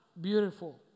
beautiful